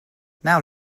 now